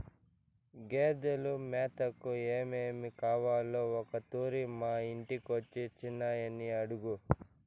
గేదెలు మేతకు ఏమేమి కావాలో ఒకతూరి మా ఇంటికొచ్చి చిన్నయని అడుగు